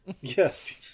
Yes